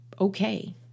okay